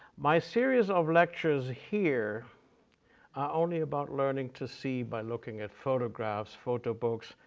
my series of lectures here are only about learning to see by looking at photographs, photo books,